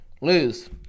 lose